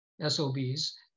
SOBs